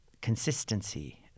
consistency